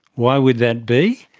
why would that be?